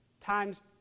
times